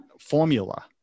formula